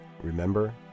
remember